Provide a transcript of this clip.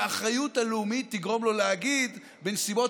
שהאחריות הלאומית תגרום לו להגיד: בנסיבות